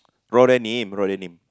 raw denim raw denim